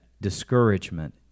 discouragement